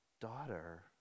daughter